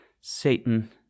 Satan